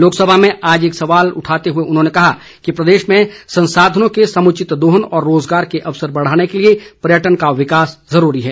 लोकसभा में आज एक सवाल उठाते हुए उन्होंने कहा कि प्रदेश में संसाधनों के समुचित दोहन और रोजगार के अवसर बढाने के लिए पर्यटन का विकास जरूरी है